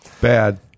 Bad